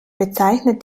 bezeichnet